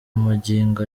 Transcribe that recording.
magingo